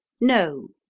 no,